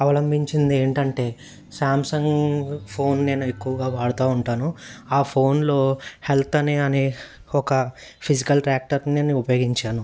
అవలంబించింది ఏంటంటే Samsung phone నేను ఎక్కువగా వాడుతూ ఉంటాను ఆ ఫోన్లో హెల్త్ అని అని ఒక ఫిజికల్ ట్రాక్టర్ని నను ఉపయోగించాను